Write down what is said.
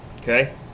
Okay